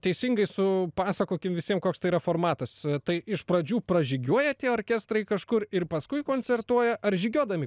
teisingai su pasakokim visiem koks tai yra formatas tai iš pradžių pražygiuoja tie orkestrai kažkur ir paskui koncertuoja ar žygiuodami